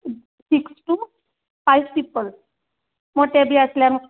six two five people मोटे बी आसल्यार